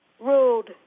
ruled